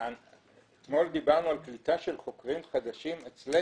אתמול דיברנו על קליטה של חוקרים חדשים אצלנו.